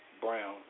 Brown